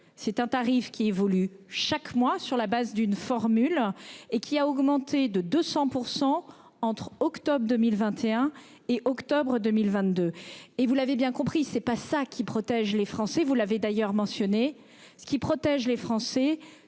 c'est un tarif qui évolue chaque mois sur la base d'une formule et qui a augmenté de 200% entre octobre 2021 et octobre 2022. Et vous l'avez bien compris, c'est pas ça qui protège les Français. Vous l'avez d'ailleurs mentionné ce qui protègent les Français c'est